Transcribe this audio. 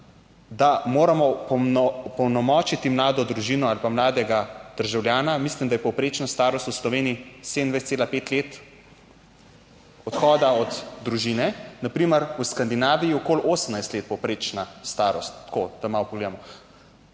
da moramo opolnomočiti mlado družino, ali pa mladega državljana. Mislim, da je povprečna starost v Sloveniji 27,5 let odhoda od družine. Na primer v Skandinaviji je okoli 18 let, povprečna starost, tako da malo pogledamo.